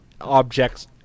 objects